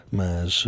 mas